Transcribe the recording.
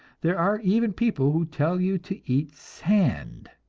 there are even people who tell you to eat sand.